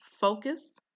focus